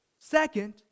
Second